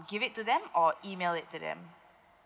give it to them or email it to them